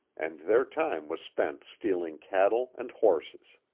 and their time was spent stealing cattle and horses.